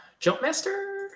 Jumpmaster